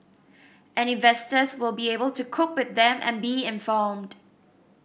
and investors will be able to cope with them and be informed